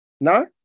No